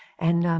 and,